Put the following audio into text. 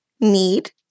need